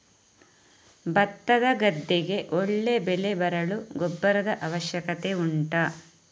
ಭತ್ತದ ಗದ್ದೆಗೆ ಒಳ್ಳೆ ಬೆಳೆ ಬರಲು ಗೊಬ್ಬರದ ಅವಶ್ಯಕತೆ ಉಂಟಾ